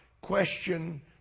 question